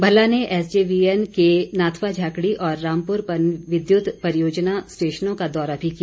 भल्ला ने S J V N के नाथपा झाकड़ी और रामपुर पनविद्युत परियोजना स्टेशनों का दौरा भी किया